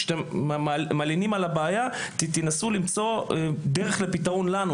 כשאתם מלינים על הבעיה תנסו למצוא דרך לפתרון עבורנו,